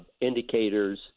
indicators